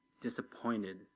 disappointed